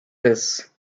this